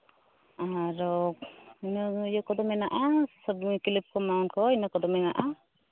ᱟᱨᱚ ᱦᱤᱱᱟᱹᱱᱤᱭᱟᱹ ᱠᱚᱫᱚ ᱢᱮᱱᱟᱜᱼᱟ ᱠᱞᱤᱯ ᱠᱚ ᱮᱢᱟᱱ ᱠᱚ ᱤᱱᱟᱹ ᱠᱚᱫᱚ ᱢᱮᱱᱟᱜᱼᱟ